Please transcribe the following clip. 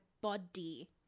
body